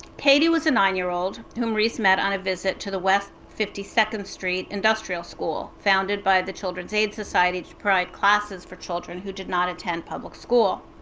katie was a nine-year-old who riis met on a visit to the west fifty second street industrial school founded by the children's aid society to provide classes for children who did not attend public school.